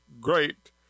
great